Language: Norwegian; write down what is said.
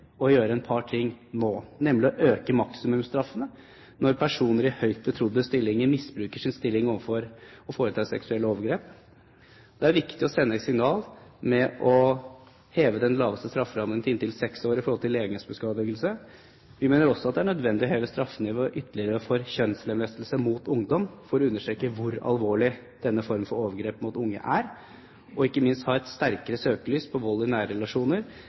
å gjøre et par ting nå, nemlig å øke maksimumsstraffen når personer i høyt betrodde stillinger misbruker sin stilling til å foreta seksuelle overgrep. Det er viktig å sende et signal ved å heve den laveste strafferammen til inntil seks år for legemsbeskadigelse. Vi mener også det er nødvendig å heve straffenivået ytterligere for kjønnslemlestelse mot ungdom, for å understreke hvor alvorlig denne formen for overgrep mot unge er, og ikke minst ha et sterkere søkelys på vold i